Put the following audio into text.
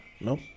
No